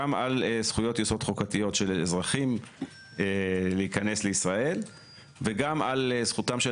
גם על זכויות יסוד חוקתיות של אזרחים להיכנס לישראל וגם על זכותם של